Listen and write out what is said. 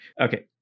Okay